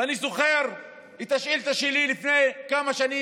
ואני זוכר את השאילתה שלי לפני כמה שנים,